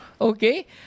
Okay